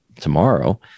tomorrow